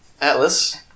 Atlas